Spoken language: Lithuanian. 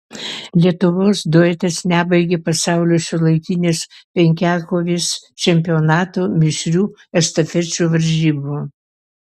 lietuvos duetas nebaigė pasaulio šiuolaikinės penkiakovės čempionato mišrių estafečių varžybų